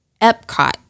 Epcot